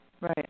Right